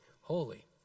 holy